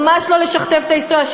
ממש לא לשכתב את ההיסטוריה.